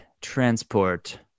Transport